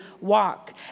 walk